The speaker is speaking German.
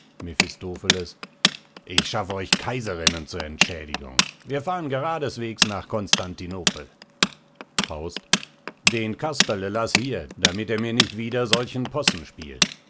mephistopheles ich schaff euch kaiserinnen zur entschädigung wir fahren geradeswegs nach constantinopel faust den casperle laß hier damit er mir nicht wieder solchen possen spielt